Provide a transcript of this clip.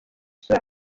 isura